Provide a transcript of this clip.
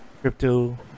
crypto